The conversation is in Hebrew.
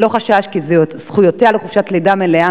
ללא חשש כי זכויותיה לחופשת לידה מלאה